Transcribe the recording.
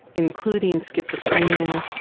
including schizophrenia,